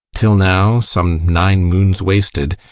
till now some nine moons wasted,